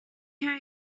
care